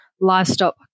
livestock